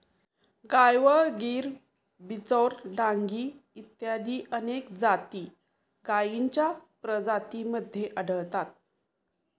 गायवळ, गीर, बिचौर, डांगी इत्यादी अनेक जाती गायींच्या प्रजातींमध्ये आढळतात